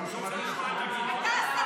אני שמעתי את השקרים שלך.